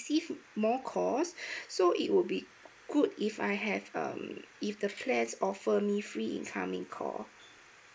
receive more calls so it would be good if I have um if the plan offer me free incoming call